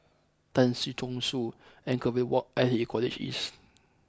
Tan Si Chong Su Anchorvale Walk and I T E College East